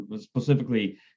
specifically